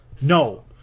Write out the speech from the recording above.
No